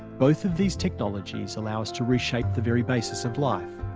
both of these technologies allow us to reshape the very basis of life.